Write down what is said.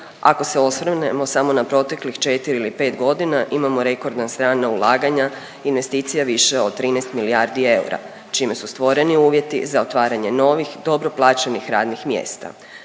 Ako se osvrnemo samo na proteklih 4 ili 5 godina imamo rekordna strana ulaganja investicija više od 13 milijardi eura čime su stvoreni uvjeti za otvaranje novih dobro plaćenih radnih mjesta.